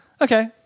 Okay